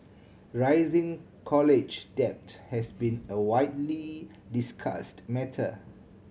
rising college debt has been a widely discussed matter